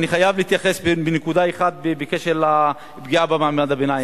אני חייב להתייחס בנקודה אחת לפגיעה במעמד הביניים.